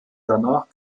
danach